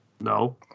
No